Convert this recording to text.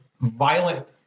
violent